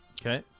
Okay